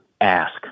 ask